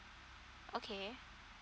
okay